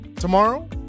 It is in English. tomorrow